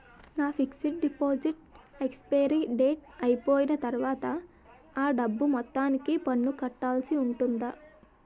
నా fixed deposit expiry date అయిపోయిన తర్వాత అ డబ్బు మొత్తానికి పన్ను కట్టాల్సి ఉంటుందా?